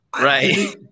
Right